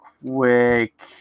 quick